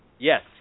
Yes